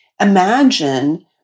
imagine